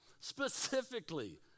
specifically